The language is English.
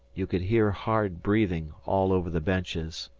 you could hear hard breathing all over the benches.